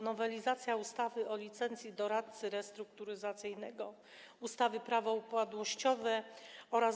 Nowelizacja ustawy o licencji doradcy restrukturyzacyjnego, ustawy Prawo upadłościowe oraz